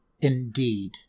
indeed